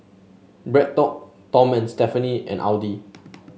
Bread Talk Tom and Stephanie and Audi